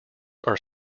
are